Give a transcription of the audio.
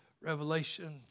revelation